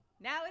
Now